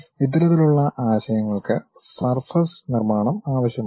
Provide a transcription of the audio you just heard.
ഇത്തരത്തിലുള്ള ആശയങ്ങൾക്ക് സർഫസ് നിർമ്മാണം ആവശ്യമാണ്